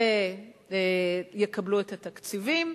שיקבלו את התקציבים.